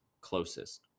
closest